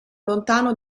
lontano